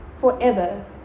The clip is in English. forever